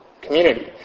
community